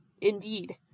indeed